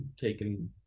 taken